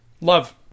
love